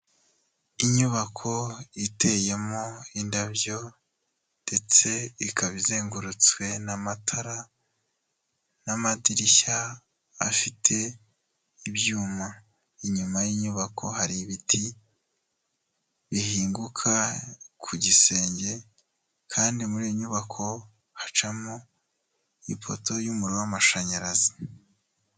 Inyubako iteyemo indabyo ndetse ikaba izengurutswe n'amatara, n'amadirishya afite ibyuma, inyuma y'inyubako hari ibiti bihinguka ku gisenge kandi muri iyi nyubako hacamo ifoto y'umuriro w'amashanyarazi.